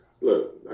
look